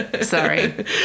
Sorry